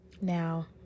Now